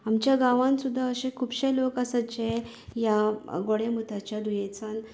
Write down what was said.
आमच्या गावांत सुद्दां अशें खुबशें लोक आसात जे ह्या गोडेमुताच्या दुयेंसान त्रस्त आसात